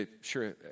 Sure